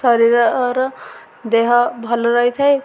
ଶରୀରର ଦେହ ଭଲ ରହିଥାଏ